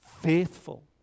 faithful